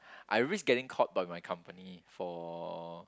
I risk getting caught by my company for